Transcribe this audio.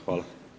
Hvala.